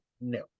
no